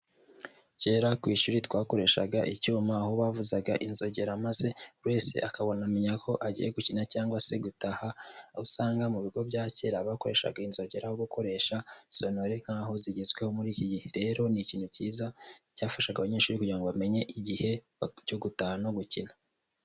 Kera ku ishuri twakoreshaga icyuma aho bavuzaga inzogera maze buriwese, akamenya ko agiye gukina cyangwa se gutaha, aho usanga mu bigo bya kera bakoreshaga inzogera, aho gukoresha sonore nkaho zigezweho muri iki gihe, rero ni ikintu cyiza cyafashaga abanyeshuri kugira ngo bamenye igihe cyo gutaha no gukina.